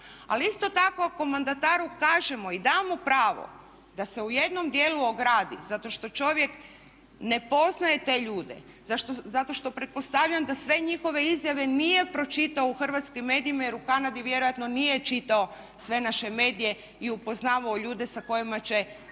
Ali isto tako ako mandataru kažemo i damo mu pravo da se u jednom dijelu ogradi zato što čovjek ne poznaje te ljude, zato što pretpostavljam da sve njihove izjave nije pročitao u hrvatskim medijima jer u Kanadi vjerojatno nije čitao sve naše medije i upoznavao ljude s kojima će